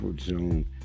zone